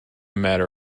matter